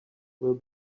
will